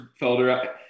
Felder